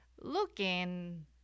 looking